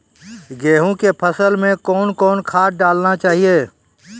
गेहूँ के फसल मे कौन कौन खाद डालने चाहिए?